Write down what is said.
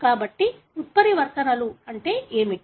కాబట్టి ఉత్పరివర్తనలు అంటే ఏమిటి